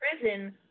prison